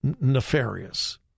nefarious